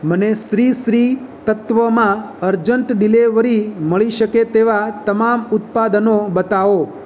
મને શ્રી શ્રી તત્વમાં urgent delivery મળી શકે તેવાં તમામ ઉત્પાદનો બતાવો